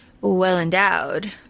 well-endowed